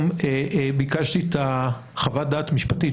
ביקשתי את חוות הדעת המשפטית,